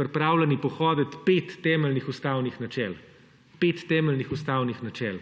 pripravljeni pohoditi pet temeljnih ustavnih načel. Pet temeljnih ustavnih načel: